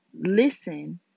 listen